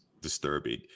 disturbing